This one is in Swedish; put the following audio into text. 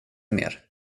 mer